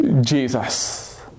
Jesus